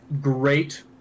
great